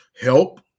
help